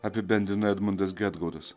apibendrina edmundas gedgaudas